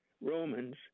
Romans